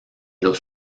los